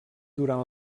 durant